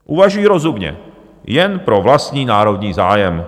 Uvažují rozumně jen pro vlastní národní zájem.